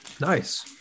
Nice